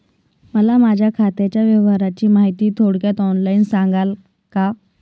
मला माझ्या खात्याच्या व्यवहाराची माहिती थोडक्यात ऑनलाईन सांगाल का?